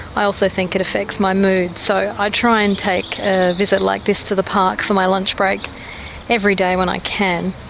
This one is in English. i also think it affects my mood, so i try and take a visit like this to the park for my lunchbreak every day when i can.